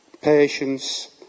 patience